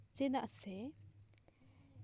ᱪᱮᱫᱟᱜ ᱥᱮ